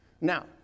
Now